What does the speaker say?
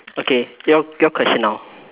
okay your your question now